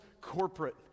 corporate